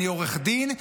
אני עורך דין,